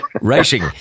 Racing